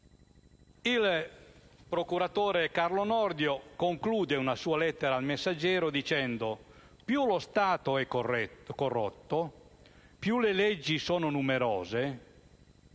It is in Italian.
Il procuratore Carlo Nordio conclude una sua lettera a «Il Messaggero» dicendo che più lo Stato è corrotto, più le leggi sono numerose